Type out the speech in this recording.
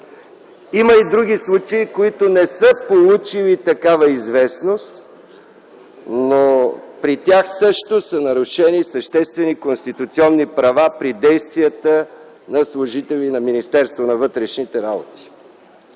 Има и други случаи, които не са получили такава известност, но при тях също са нарушени съществени конституционни права при действията на служители на Министерството на вътрешните работи.